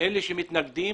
אלה שמתנגדים,